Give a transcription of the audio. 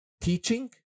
teaching